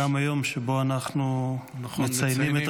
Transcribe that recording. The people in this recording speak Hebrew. -- הוא גם היום שבו אנחנו מציינים את